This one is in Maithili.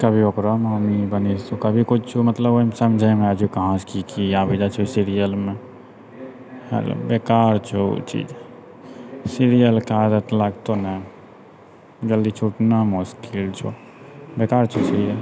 कभी ओकरो मम्मी बनी जेतो कभी कुछो समझेेमे नइ आबै छौ कहाँसँ की की आबि जाइ छौ सिरियलमे बेकार छौ उ चीज सीरियलके आदति लगतो ने ऽजल्दी छुटना मुश्किल छौ बेकार छौ सिरियल